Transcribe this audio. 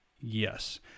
yes